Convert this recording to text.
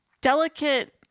delicate